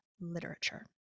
literature